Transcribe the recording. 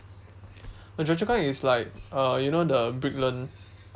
no chua-chu-kang is like uh you know the brickland